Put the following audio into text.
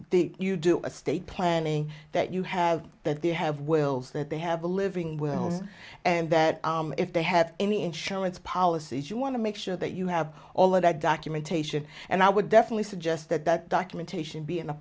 that you do estate planning that you have that they have wills that they have a living wills and that if they have any insurance policies you want to make sure that you have all of that documentation and i would definitely suggest that that documentation be in a